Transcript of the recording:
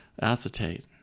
acetate